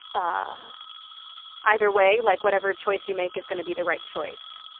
ah either way, like whatever choice you make is gonna be the right choice.